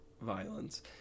violence